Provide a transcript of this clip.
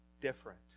different